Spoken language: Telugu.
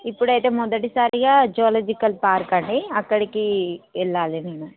ఇప్పుడైతే మొదటిసారిగా జువలాజికల్ పార్క్ అండి అక్కడికి వెళ్ళాలి నేను